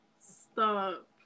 Stop